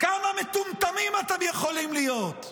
כמה מטומטמים אתם יכולים להיות?